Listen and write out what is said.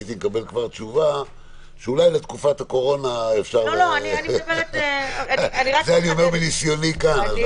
הייתי מקבל תשובה שאולי בתקופת הקורונה - זה אני אומר מניסיוני כאן.